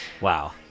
Wow